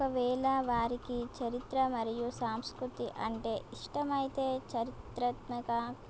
ఒకవేళ వారికి చరిత్ర మరియు సంస్కృతి అంటే ఇష్టమైతే చారిత్రాత్మక